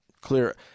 clear